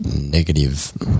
negative